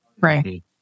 right